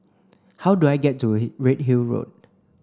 how do I get to Redhill Road